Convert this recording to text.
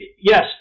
yes